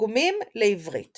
תרגומים לעברית